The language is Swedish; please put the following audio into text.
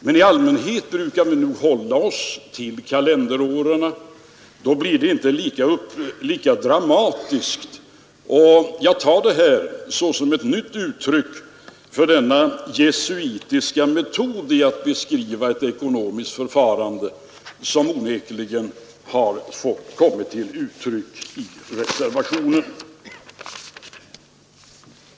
Men i allmänhet brukar vi nog hålla oss till kalenderåren. Då blir det inte lika dramatiskt. Jag tar detta exempel såsom ett nytt uttryck för den jesuitiska metod för beskrivning av ett ekonomiskt skeende vilken onekligen har kommit till uttryck i reservationen.